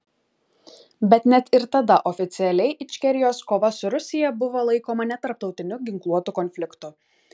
bet net ir tada oficialiai ičkerijos kova su rusija buvo laikoma netarptautiniu ginkluotu konfliktu